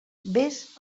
vés